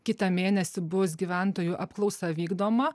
kitą mėnesį bus gyventojų apklausa vykdoma